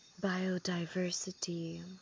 biodiversity